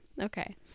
okay